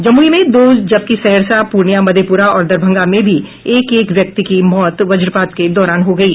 जमुई में दो जबकि सहरसा पूर्णिया मधेपुरा और दरभंगा में भी एक एक व्यक्ति की मौत वज्रपात के दौरान हो गयी